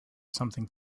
something